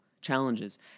challenges